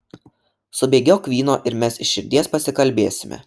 subėgiok vyno ir mes iš širdies pasikalbėsime